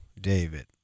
David